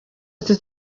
ati